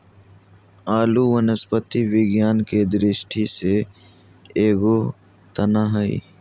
आलू वनस्पति विज्ञान के दृष्टि से एगो तना हइ